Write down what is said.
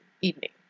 evening